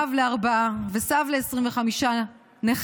אב לארבעה וסב ל-25 נכדים,